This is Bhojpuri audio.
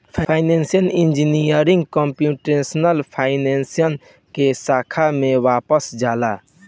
फाइनेंसियल इंजीनियरिंग कंप्यूटेशनल फाइनेंस के साखा भी पावल जाला